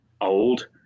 old